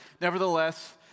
Nevertheless